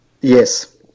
Yes